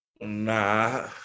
Nah